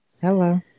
Hello